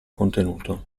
contenuto